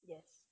yes